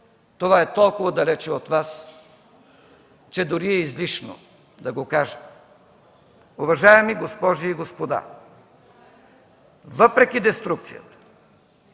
това е толкова далеч от Вас, че дори е излишно да го кажа. Уважаеми госпожи и господа, въпреки деструкцията,